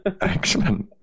excellent